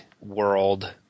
world